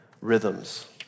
rhythms